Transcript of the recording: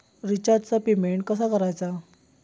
रिचार्जचा पेमेंट कसा करायचा?